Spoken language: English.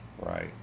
Right